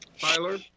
Tyler